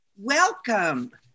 Welcome